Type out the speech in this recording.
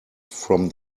from